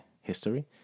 history